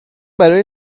برای